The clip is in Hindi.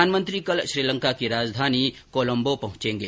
प्रधानमंत्री कल श्रीलंका की राजधानी कोलंबों पहुंचेंगे